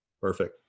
Perfect